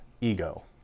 ego